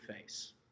face